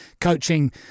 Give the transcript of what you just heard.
coaching